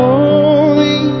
Holy